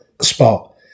spot